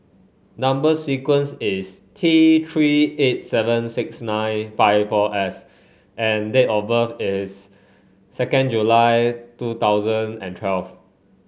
number sequence is T Three eight seven six nine five four S and date of birth is second July two thousand and twelve